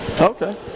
Okay